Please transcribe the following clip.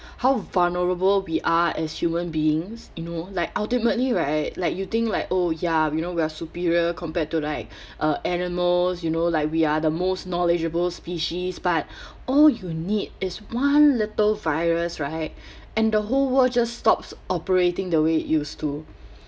how vulnerable we are as human beings you know like ultimately right like you think like oh ya we know we're superior compared to like uh animals you know like we are the most knowledgeable species but all you need is one little virus right and the whole world just stops operating the way it used to